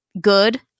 good